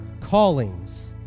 callings